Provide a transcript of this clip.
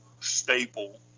staple